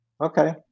Okay